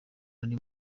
ari